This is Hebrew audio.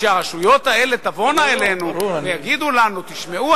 כשהרשויות האלה תבואנה אלינו ויגידו לנו: תשמעו,